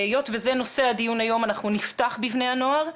היות שזה נושא הדיון היום אנחנו נפתח בבני הנוער.